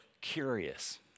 curious